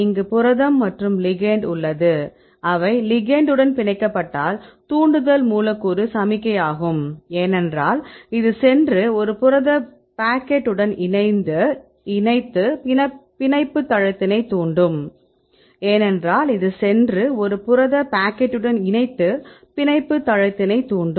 இங்கு புரதம் மற்றும் லிகெெண்ட் உள்ளது அவை லிகெெண்ட் உடன் பிணைக்கப்பட்டால் தூண்டுதல் மூலக்கூறு சமிக்ஞையாகும் ஏனென்றால் இது சென்று ஒரு புரத பாக்கெட்டுடன் இணைத்து பிணைப்பு தளத்தினை தூண்டும்